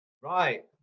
Right